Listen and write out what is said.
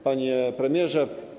Panie Premierze!